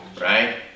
right